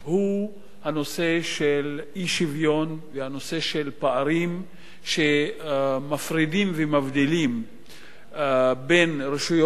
הוא הנושא של אי-שוויון והנושא של פערים שמפרידים ומבדילים בין רשויות